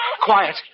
Quiet